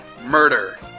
murder